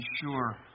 sure